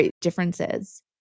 differences